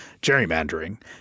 gerrymandering